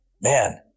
man